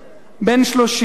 בן 30,